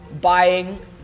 buying